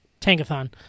Tankathon